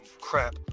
crap